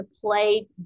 play